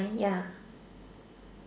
ya